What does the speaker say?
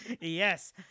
Yes